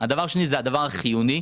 רק אחרי זה את החיוני.